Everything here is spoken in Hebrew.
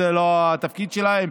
זה לא התפקיד שלהם.